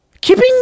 Keeping